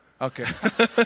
Okay